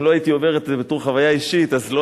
אם לא הייתי עובר את זה בתור חוויה אישית אז לא